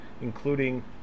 including